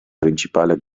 principale